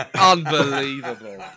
Unbelievable